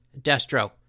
Destro